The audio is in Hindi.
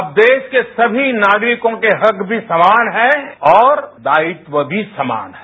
अब देश के सभी नागरिकों के हक भी समान हैऔर दायित्व भी समान है